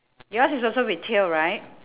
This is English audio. yours is also with tail right